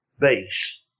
Base